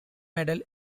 medal